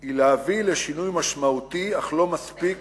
היא להביא לשינוי משמעותי אך לא מספיק